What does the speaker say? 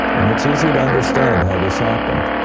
and it's easy to understand how this happened.